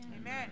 Amen